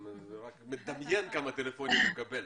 אני רק מדמיין כמה טלפונים היא מקבלת.